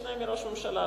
כמשנה לראש ממשלה,